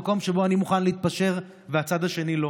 מקום שבו אני מוכן להתפשר והצד השני לא.